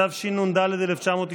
התשנ"ד 1994,